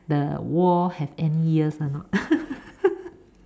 the wall have any ears or not